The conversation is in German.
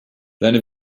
seine